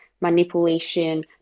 manipulation